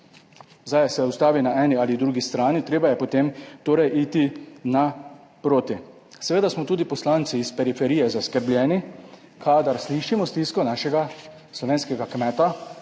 Zdaj se ustavi na eni ali drugi strani, treba je potem torej iti na proti. Seveda smo tudi poslanci iz periferije zaskrbljeni, kadar slišimo stisko našega slovenskega kmeta,